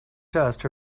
dust